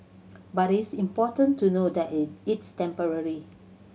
but it's important to know that it's temporary